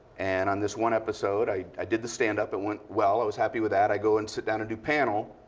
and on this one episode, i i did the stand-up. it went well. i was happy with that. i go and sit down and do panel.